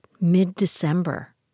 mid-December